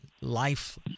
life